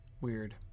Weird